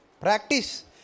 Practice